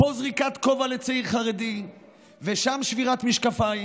פה זריקת כובע לצעיר חרדי ושם שבירת משקפיים.